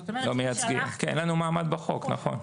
כי אין לנו מעמד בחוק, נכון.